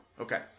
Okay